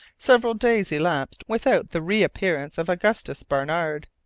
several days elapsed without the reappearance of augustus barnard.